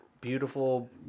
beautiful